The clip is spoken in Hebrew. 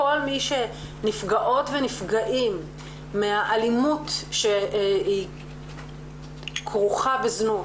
כל מי שנפגעות ונפגעים מהאלימות שכרוכה בזנות.